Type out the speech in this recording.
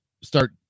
start